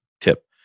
tip